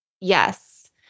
Yes